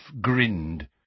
grinned